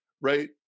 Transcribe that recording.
right